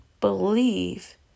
believe